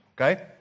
okay